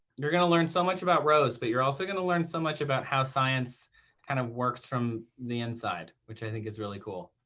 you're going to learn so much about rose. but you're also going to learn so much about how science kind of works from the inside, which i think is really cool.